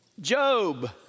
Job